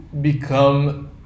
become